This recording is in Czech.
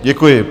Děkuji.